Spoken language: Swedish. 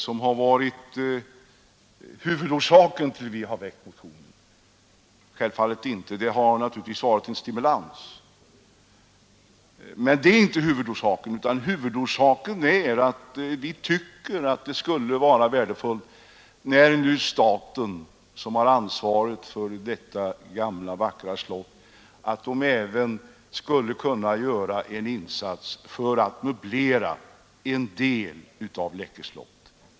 Självfallet är så inte fallet, men naturligtvis har de varit en stor stimulans. När nu staten har ansvaret för detta vackra slott, tycker vi att staten även skulle kunna göra en insats för att möblera en del av Läckö slott.